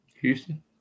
Houston